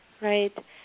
Right